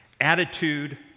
attitude